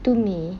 to me